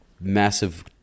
massive